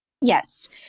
Yes